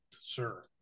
sir